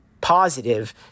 positive